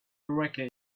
wreckage